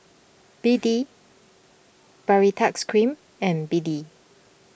B D Baritex Cream and B D